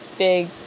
big